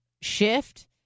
shift